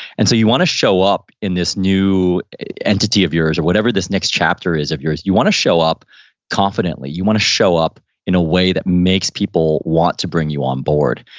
and so, you want to show up in this new entity of yours or whatever this next chapter is of yours, you want to show up confidently, you want to show up in a way that makes people want to bring you on board.